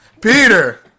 Peter